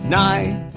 night